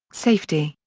safety,